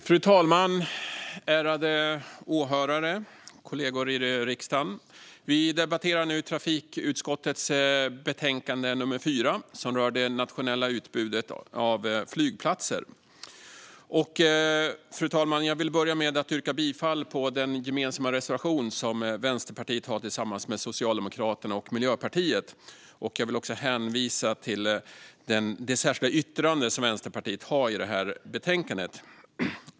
Fru talman, ärade åhörare, kollegor i riksdagen! Vi debatterar nu trafikutskottets betänkande 4 som rör det nationella utbudet av flygplatser. Fru talman! Jag vill börja med att yrka bifall till den reservation som Vänsterpartiet har tillsammans med Socialdemokraterna och Miljöpartiet. Jag vill också hänvisa till det särskilda yttrande som Vänsterpartiet har i detta betänkande.